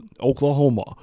Oklahoma